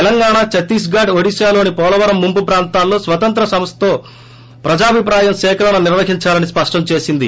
తెలంగాణ ఛత్తీస్గఢ్ ఒడిశాలోని పోలవరం ముంపు ప్రాంతాల్లో స్వతంత్ర సంస్దతో ప్రజాభిప్రాయ సేకరణ నిర్వహిందాలని స్పష్టం చేసింది